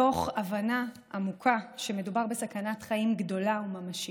מתוך הבנה עמוקה שמדובר בסכנת חיים גדולה וממשית.